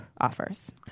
offers